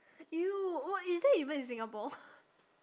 !eww! wh~ is that even in singapore